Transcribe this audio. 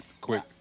quick